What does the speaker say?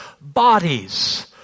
bodies